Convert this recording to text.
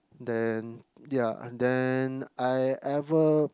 then ya and then I ever